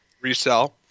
resell